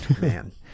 Man